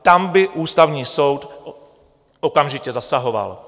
Tam by Ústavní soud okamžitě zasahoval.